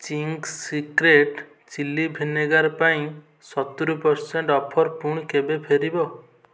Ching's Secret chilli vinegar ପାଇଁ ସତୁରୀ percent offer ପୁଣି କେବେ ଫେରିବ